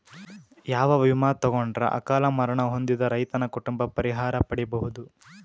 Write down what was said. ಯಾವ ವಿಮಾ ತೊಗೊಂಡರ ಅಕಾಲ ಮರಣ ಹೊಂದಿದ ರೈತನ ಕುಟುಂಬ ಪರಿಹಾರ ಪಡಿಬಹುದು?